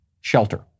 shelter